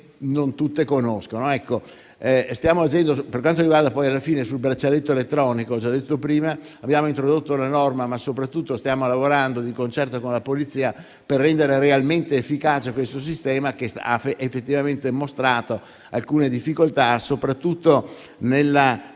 non tutti conoscono. Per quanto riguarda il braccialetto elettronico, abbiamo introdotto una norma, ma soprattutto stiamo lavorando di concerto con la Polizia, per rendere realmente efficace questo sistema che ha effettivamente mostrato alcune difficoltà, soprattutto vista